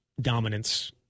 dominance